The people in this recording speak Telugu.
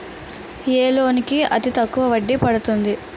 ఏ లోన్ కి అతి తక్కువ వడ్డీ పడుతుంది?